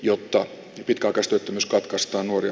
jotta pitkäaikaistyöttömyys katkaistaan uuden